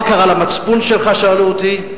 מה קרה למצפון שלך, שאלו אותי,